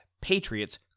Patriots